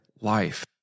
life